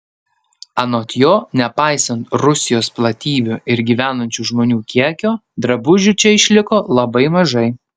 anot jo nepaisant rusijos platybių ir gyvenančių žmonių kiekio drabužių čia išliko labai mažai